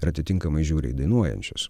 ir atitinkamai žiūri į dainuojančius